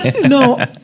no